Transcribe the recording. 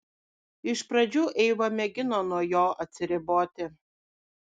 iš pradžių eiva mėgino nuo jo atsiriboti